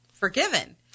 forgiven